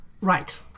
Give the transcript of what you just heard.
Right